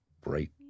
bright